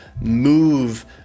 move